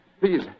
Please